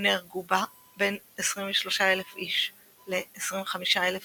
ונהרגו בה בין 23,000 ל-25,000 איש,